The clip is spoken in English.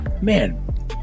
man